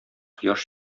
кояш